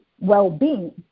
well-being